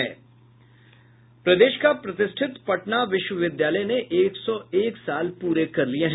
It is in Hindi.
प्रदेश का प्रतिष्ठित पटना विश्वविद्यालय ने एक सौ एक साल पूरे कर लिये है